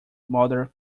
mother